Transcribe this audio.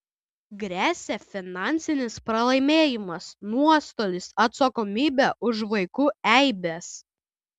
gresia finansinis pralaimėjimas nuostolis atsakomybė už vaikų eibes